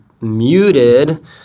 muted